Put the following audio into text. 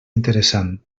interessant